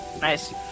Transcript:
Nice